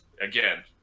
again